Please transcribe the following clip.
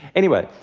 anyway,